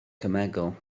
cemegol